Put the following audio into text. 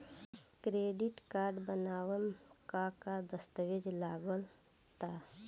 Credit card बनवावे म का का दस्तावेज लगा ता?